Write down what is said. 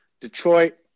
Detroit